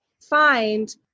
find